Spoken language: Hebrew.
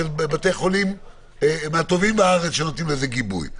של בתי חולים מהטובים בארץ שנותנים לזה גיבוי.